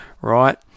right